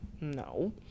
no